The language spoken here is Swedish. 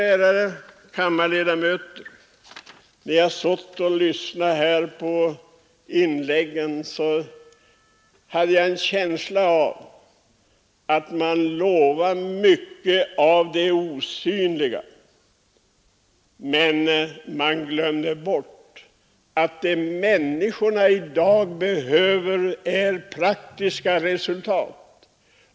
Ärade kammarledamöter, när jag stod och lyssnade på inläggen fick jag en känsla av att man lovade mycket av det osynliga men att man glömde bort att det människorna i dag behöver är praktiska resultat.